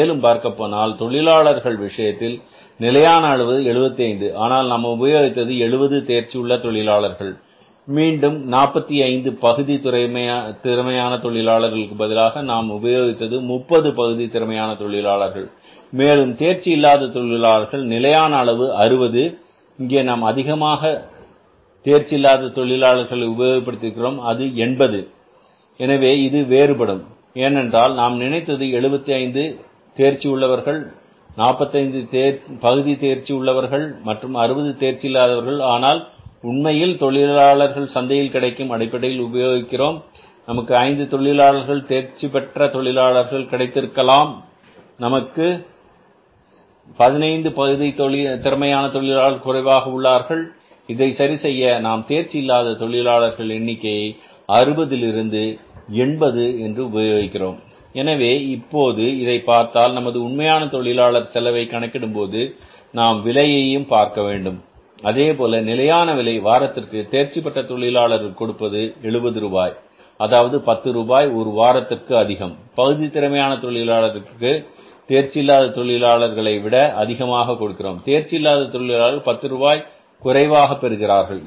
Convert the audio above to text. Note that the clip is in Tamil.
மேலும் பார்க்கப்போனால் தொழிலாளர் விஷயத்தில் நிலையான அளவு 75 ஆனால் நாம் உபயோகித்தது 70 தேர்ச்சி உள்ள தொழிலாளர்கள் மீண்டும் 45 பகுதி திறமையான தொழிலாளர்களுக்கு பதிலாக நாம் உபயோகித்தது 30 பகுதி திறமையான தொழிலாளர்கள் மேலும் தேர்ச்சி இல்லாத தொழிலாளர்கள் நிலையான அளவு 60 இங்கே நாம் அதிகமான தேர்ச்சி இல்லாத தொழிலாளர்களை உபயோக படுத்தி இருக்கிறோம் அது 80 எனவே இது வேறுபடும் ஏனென்றால் நாம் நினைத்தது எழுபத்தைந்து தேர்ச்சி உள்ளவர்கள் 45 பகுதி தேர்ச்சி உள்ளவர்கள் மற்றும் 60 தேர்ச்சி இல்லாதவர்கள் ஆனால் உண்மையில் தொழிலாளர்களை சந்தையில் கிடைக்கும் அடிப்படையில் உபயோகிக்கிறோம் நமக்கு 5 தொழிலாளர்கள் தேர்ச்சிபெற்ற தொழிலாளர்கள் கிடைத்திருக்கலாம் நமக்கு 15 பகுதி திறமையான தொழிலாளர்கள் குறைவாக உள்ளார்கள் இதை சரி செய்ய நாம் தேர்ச்சி இல்லாத தொழிலாளர்கள் எண்ணிக்கையை அறுபதில் இருந்து 80 உபயோகிக்கிறோம் எனவே இப்போது இதை பார்த்தால் நமது உண்மையான தொழிலாளர் செலவை கணக்கிடும்போது நாம் விலையையும் பார்க்க வேண்டும் அதுபோல நிலையான விலை வாரத்திற்கு தேர்ச்சிபெற்ற தொழிலாளர்களுக்கு நாம் கொடுப்பது 70 ரூபாய் அதாவது பத்து ரூபாய் ஒருவாரத்திற்கு அதிகம் பகுதி திறமையான தொழிலாளர்களுக்கு தேர்ச்சி இல்லாத தொழிலாளர்களை விட அதிகமாக கொடுக்கிறோம் தேர்ச்சி இல்லாத தொழிலாளர்கள் பத்து ரூபாய் குறைவாக பெறுகிறார்கள்